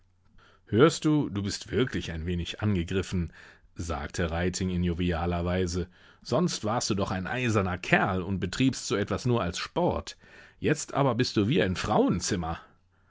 hörst du du bist wirklich ein wenig angegriffen sagte reiting in jovialer weise sonst warst du doch ein eiserner kerl und betriebst so etwas nur als sport jetzt aber bist du wie ein frauenzimmer